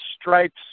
stripes